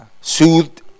soothed